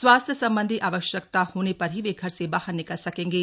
स्वास्थ्य संबंधी आवश्यकता होने पर ही वो घर से बाहर निकल सकेंगे